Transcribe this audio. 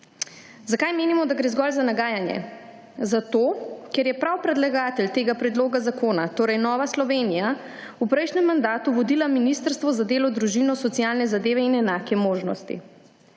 Zakaj menimo, da gre zgolj za nagajanje? Zato, ker je prav predlagatelj tega zakona, torej Nova Slovenija, v prejšnjem mandatu vodila Ministrstvo za delo, družino, socialne zadeve in enake možnosti.